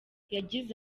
yagize